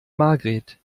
margret